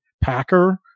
Packer